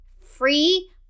free